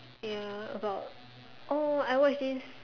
ya about oh I watch this